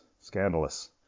scandalous